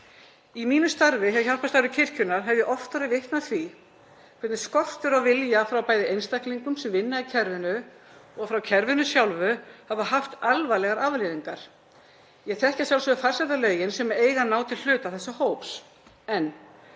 Í mínu starfi hjá Hjálparstarfi kirkjunnar hef ég oft orðið vitni að því hvernig skortur á vilja frá bæði einstaklingum sem vinna í kerfinu og frá kerfinu sjálfu hafa haft alvarlegar afleiðingar. Ég þekki að sjálfsögðu farsældarlögin sem eiga að ná til hluta þessa hóps, en